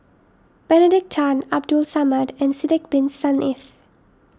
Benedict Tan Abdul Samad and Sidek Bin Saniff